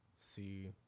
see